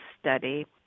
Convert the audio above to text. study